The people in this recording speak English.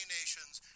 nations